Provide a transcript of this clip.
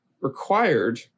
required